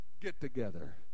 get-together